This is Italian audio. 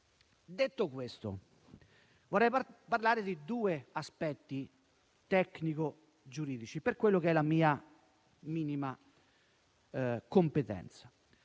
Detto questo, vorrei parlare di due aspetti tecnico-giuridici per quella che è la mia - seppur minima - competenza.